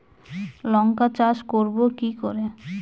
লঙ্কা চাষ করব কি করে?